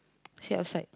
sit outside